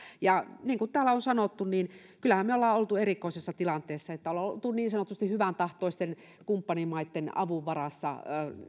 niin kuin täällä on sanottu kyllähän me olemme olleet erikoisessa tilanteessa että ollaan oltu niin sanotusti hyväntahtoisten kumppanimaitten avun varassa